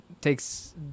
takes